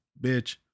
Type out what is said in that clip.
Bitch